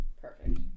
Perfect